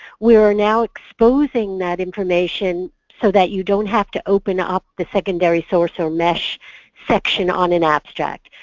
we are now exposing that information so that you don't have to open up the secondary source or mesh section on an abstract.